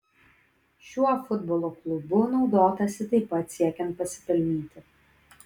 šiuo futbolo klubu naudotasi taip pat siekiant pasipelnyti